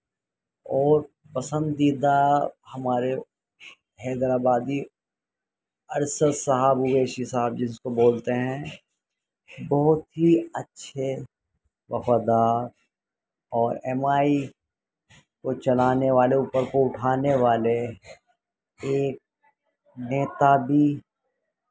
اور پسندیدہ ہمارے حیدر آبادی ارشد صاحب وگیشی صاحب جس کو بولتے ہیں بہت ہی اچھے وفادار اور ایم آئی کو چلانے والے اوپر کو اٹھانے والے ایک نیتا بھی